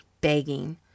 begging